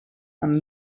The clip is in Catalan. amb